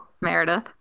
meredith